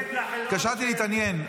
התקשרתי להתעניין.